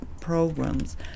programs